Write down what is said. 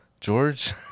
George